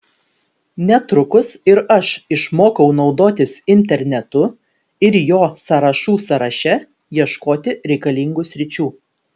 netrukus ir aš išmokau naudotis internetu ir jo sąrašų sąraše ieškoti reikalingų sričių